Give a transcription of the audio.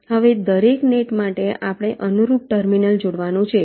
હવે દરેક નેટ માટે આપણે અનુરૂપ ટર્મિનલ જોડવાનું છે